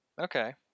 okay